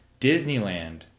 Disneyland